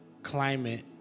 climate